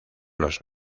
los